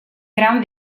gran